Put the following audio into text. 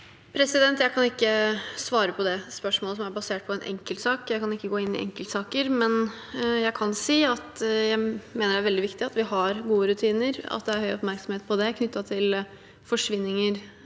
Jeg kan ikke svare på det spørsmålet, som er basert på en enkeltsak. Jeg kan ikke gå inn i enkeltsaker, men jeg kan si at jeg mener det er veldig viktig at vi har gode rutiner, og at det er høy oppmerksomhet knyttet til forsvinninger